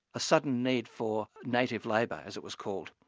a sudden need for native labour, as it was called.